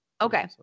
Okay